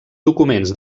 documents